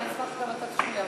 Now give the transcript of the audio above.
אבל אני אשמח שגם אתה תשמיע אותה.